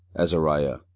azariah,